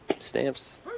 Stamps